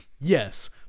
Yes